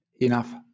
enough